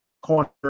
corner